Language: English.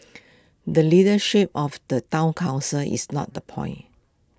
the leadership of the Town Council is not the point